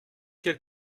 quel